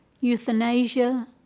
euthanasia